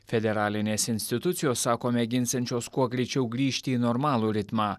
federalinės institucijos sako mėginsiančios kuo greičiau grįžti į normalų ritmą